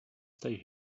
stay